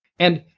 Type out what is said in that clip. and,